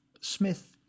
Smith